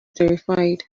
terrified